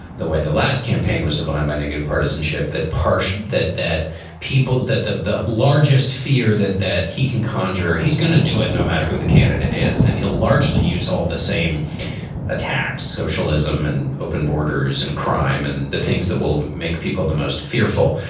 the way the last campaign was defined by negative partisanship that passed that, that people that the the largest fear that that he can conjure, he's gonna do it no matter who the candidate is. and he'll largely use all the same attacks, socialism and open borders and crime and the things that will make people the most fearful.